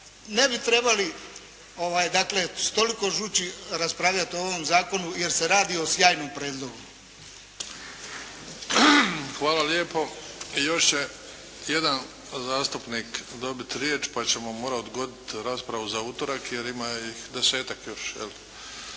ne bi trebali dakle s toliko žuči raspravljati o ovom zakonu jer se radi o sjajnom prijedlogu. **Bebić, Luka (HDZ)** Hvala lijepo. Još će jedan zastupnik dobiti riječ pa ćemo morati odgoditi raspravu za utorak, jer ima ih desetak još.